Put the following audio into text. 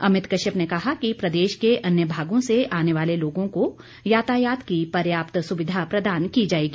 अमित कश्यप ने कहा कि प्रदेश के अन्य भागों से आने वाले लोगों को यातायात की पर्याप्त सुविधा प्रदान की जाएगी